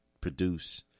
produce